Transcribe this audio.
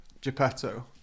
Geppetto